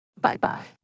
Bye-bye